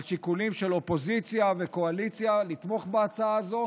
שיקולים של אופוזיציה וקואליציה ולתמוך בהצעה הזו,